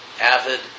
avid